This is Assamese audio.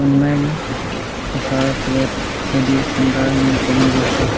অনলাইন প্ৰচাৰ ফলত ৰেডিঅ' চেণ্টাৰবোৰ কমি গৈছে